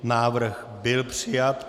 Návrh byl přijat.